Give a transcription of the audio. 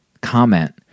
comment